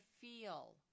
feel